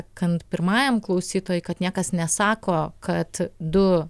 kan pirmajam klausytojui kad niekas nesako kad du